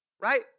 right